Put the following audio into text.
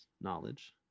knowledge